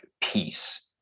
peace